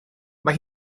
mae